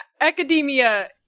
academia